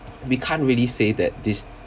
we can't really say that this